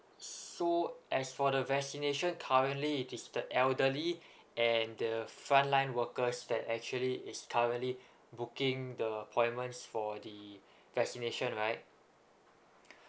so as for the vaccination currently is the elderly and the frontline workers that actually is currently booking the appointments for the vaccination right